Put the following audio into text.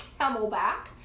camelback